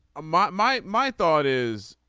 ah my my my thought is